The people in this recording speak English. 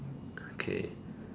okay